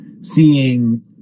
seeing